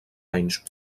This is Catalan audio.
anys